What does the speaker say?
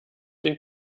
den